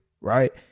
right